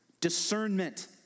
discernment